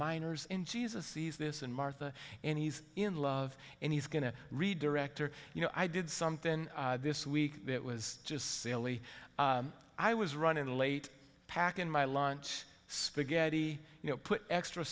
miners in jesus sees this and martha and he's in love and he's going to redirect or you know i did something this week that was just silly i was running late packing my lunch spaghetti you know put extra